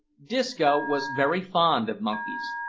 disco was very fond of monkeys.